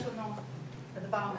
יש לנו, הדבר המדהים,